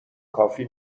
کافی